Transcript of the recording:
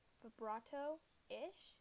vibrato-ish